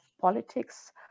politics